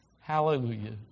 Hallelujah